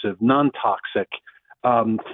non-toxic